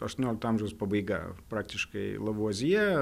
aštuoniolikto amžiaus pabaiga praktiškai lavuazjė